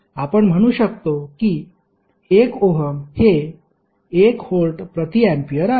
आपण म्हणू शकतो की 1 ओहम हे 1 व्होल्ट प्रति एम्पीयर आहे